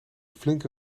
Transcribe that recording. flinke